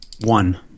One